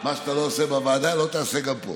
מה שאתה לא עושה בוועדה, לא תעשה גם פה.